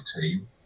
team